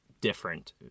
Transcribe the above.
different